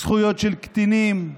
זכויות של קטינים,